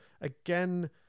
again